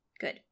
Good